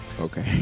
Okay